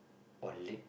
or late